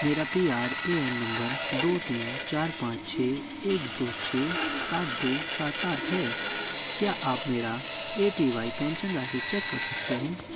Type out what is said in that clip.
मेरा P R A N number दो तीन चार पाँच छः एक दो छः सात दो सात आठ है क्या आप मेरी ए पी वाई पेंशन राशि चेक कर सकते हैं